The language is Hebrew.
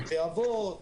בתי אבות,